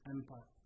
Empire